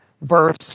verse